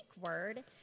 word